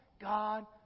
God